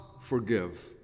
forgive